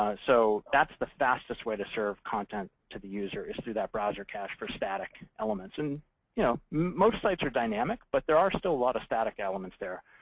ah so that's the fastest way to serve content to the user is through that browser cache for static elements. and you know most sites are dynamic. but there are still a lot of static elements there.